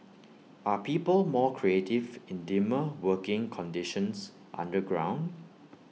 are people more creative in dimmer working conditions underground